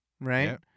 right